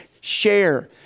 share